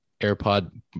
airpod